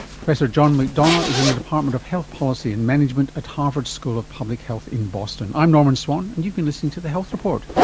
professor john mcdonough is in the department of health policy and management at harvard school of public health in boston. i'm norman swan and you've been listening to the health report.